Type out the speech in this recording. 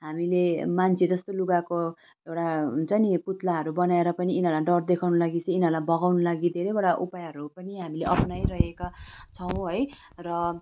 हामीले मान्छे जस्तो लुगाको एउटा हुन्छ नि पुतलाहरू बनाएर पनि यिनीहरूलाई डर देखाउनलाई चाहिँ यिनीहरूलाई भगाउनुलाई धेरैवटा उपायहरू पनि हामीले अप्नाइरहेका छौँ है र